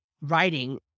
writing